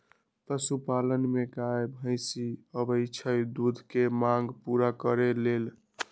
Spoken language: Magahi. पशुपालन में गाय भइसी आबइ छइ दूध के मांग पुरा करे लेल